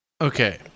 Okay